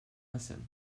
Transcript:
listen